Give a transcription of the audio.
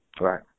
Right